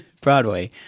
Broadway